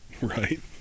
Right